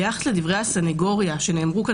ביחס לדברי הסניגוריה שנאמרו כאן,